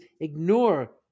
ignore